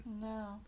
No